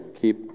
Keep